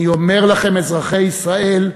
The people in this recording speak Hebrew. אני אומר לכם, אזרחי ישראל,